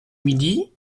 midi